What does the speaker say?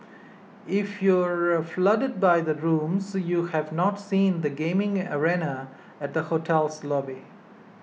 if you're floored by the rooms you have not seen the gaming arena at the hotel's lobby